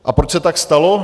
A proč se tak stalo?